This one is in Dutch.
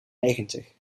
negentig